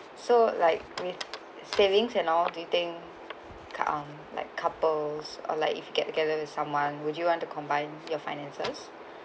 so like with savings and all the thing card or like couples or like if you get together with someone would you want to combine your finances